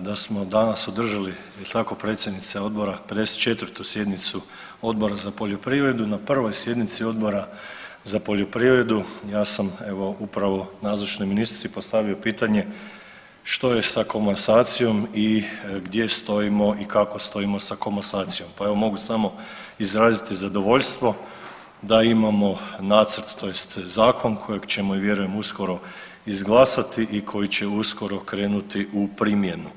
da smo danas održali jel tako predsjednice odbora 54. sjednicu Odbora za poljoprivredu, na prvoj sjednici Odbora za poljoprivredu ja sam evo upravo nazočnoj ministrici postavio pitanje što je sa komasacijom i gdje stojimo i kako stojimo sa komasacijom, pa evo mogu samo izraziti zadovoljstvo da imamo nacrt tj. zakon kojeg ćemo i vjerujem uskoro izglasati i koji će uskoro krenuti u primjenu.